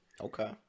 Okay